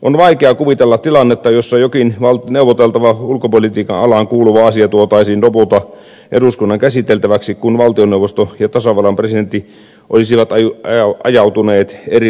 on vaikea kuvitella tilannetta jossa jokin neuvoteltava ulkopolitiikan alaan kuuluva asia tuotaisiin lopulta eduskunnan käsiteltäväksi kun valtioneuvosto ja tasavallan presidentti olisivat ajautuneet eri raiteille